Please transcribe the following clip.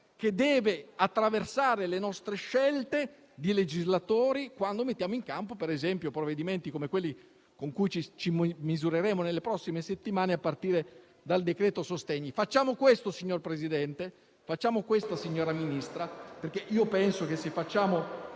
che deve attraversare le nostre scelte di legislatori, quando mettiamo in campo, ad esempio, provvedimenti come quelli con cui ci misureremo nelle prossime settimane, a partire dal decreto-legge sostegni. Facciamo questo, signor Presidente e signora Ministra, perché penso che se la